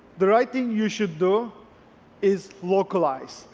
the right thing you should do is localize.